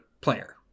player